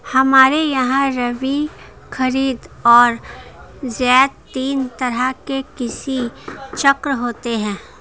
हमारे यहां रबी, खरीद और जायद तीन तरह के कृषि चक्र होते हैं